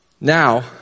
Now